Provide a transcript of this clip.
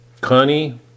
Connie